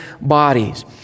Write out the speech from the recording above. bodies